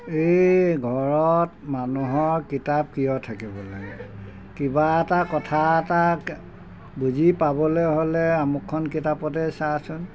এই ঘৰত মানুহৰ কিতাপ কিয় থাকিব লাগে কিবা এটা কথা এটাক বুজি পাবলৈ হ'লে আমুকখন কিতাপতে চাচোন